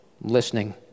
listening